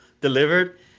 delivered